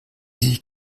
sich